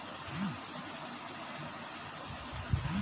घास उठावे वाली मशीन में दूगो सुविधा होला